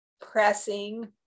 pressing